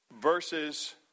verses